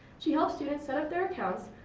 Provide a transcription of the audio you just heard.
she helped students set up their accounts,